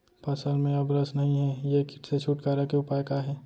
फसल में अब रस नही हे ये किट से छुटकारा के उपाय का हे?